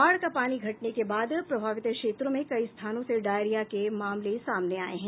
बाढ़ का पानी घटने के बाद प्रभावित क्षेत्रों में कई स्थानों से डायरिया के मामले सामने आए हैं